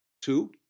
two